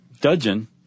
Dudgeon